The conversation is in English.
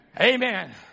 Amen